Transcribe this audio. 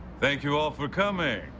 thank you all for coming.